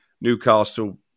Newcastle